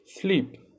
sleep